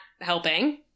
helping